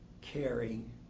caring